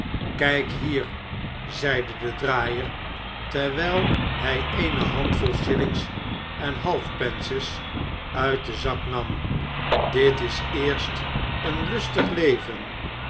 kijk hier zeide de draaier terwijl hij eene handvol shillings en half pences uit den zak nam dit is eerst een lustig leven